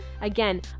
again